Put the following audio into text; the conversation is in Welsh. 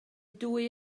dwy